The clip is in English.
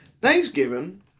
Thanksgiving